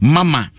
Mama